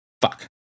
Fuck